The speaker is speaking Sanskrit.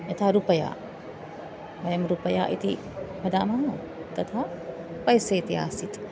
यथा रुपया वयं रुपया इति वदामः तथा पैसे इति आसीत्